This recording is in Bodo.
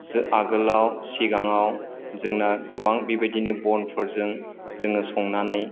आगोलाव सिगाङाव जोंना गोबां बेबायदिनो बनफोरजों जोङो संनानै